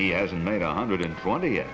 he hasn't made a hundred and twenty